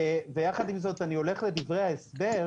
ויחד עם זאת אני הולך לדברי ההסבר,